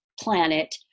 planet